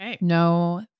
No